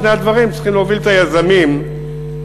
שני הדברים צריכים להוביל את היזמים להגיד,